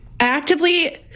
Actively